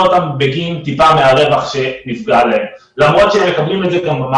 אותם בגין הרווח למרות שמחברים את זה ל-...